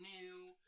new